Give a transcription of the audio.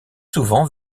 souvent